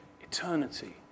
eternity